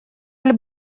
аль